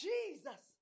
Jesus